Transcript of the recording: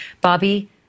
Bobby